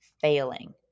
failing